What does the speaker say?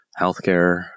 healthcare